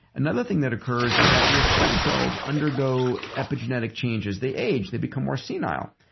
another thing that occurs is that your stem cells undergo epigenetic changes. they age. they become more senile.